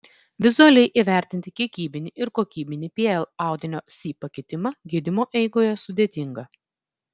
vizualiai įvertinti kiekybinį ir kokybinį pl audinio si pakitimą gydymo eigoje sudėtinga